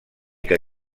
que